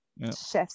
chef's